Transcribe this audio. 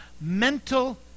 mental